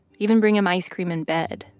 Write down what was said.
even bring him ice cream in bed